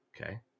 Okay